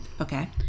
Okay